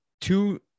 two